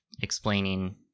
explaining